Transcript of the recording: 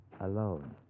Alone